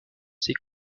ses